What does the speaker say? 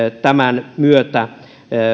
tämän myötä